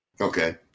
Okay